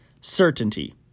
certainty